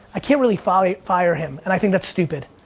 i can't really fire fire him, and i think that's stupid.